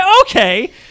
okay